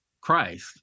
Christ